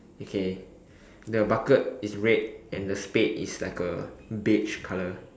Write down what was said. okay the bucket is red and the spade is like a beige colour